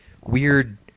weird